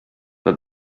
that